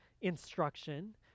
instruction